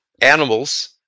animals